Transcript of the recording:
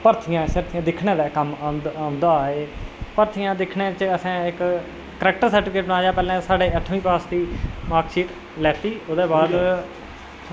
भरथियां दिक्खनै दे कम्म औंदा हा एह् भरथियां दिक्खनै च असें एह् इक्क करैक्टर सर्टीफिकेट बनाया असें ते साढ़ी अठमीं पास दी मार्कशीट लैती ओह्दे बाद